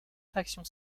factions